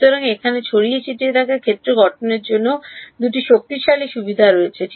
সুতরাং এখানে ছড়িয়ে ছিটিয়ে থাকা ক্ষেত্র গঠনের জন্য দুটি শক্তিশালী সুবিধা রয়েছে